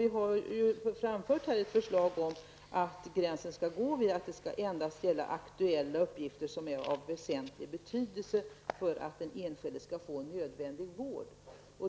Vi har framfört ett förslag om att gränsen skall gå vid aktuella uppgifter som är av väsentlig betydelse för att den enskilde skall få nödvändig vård.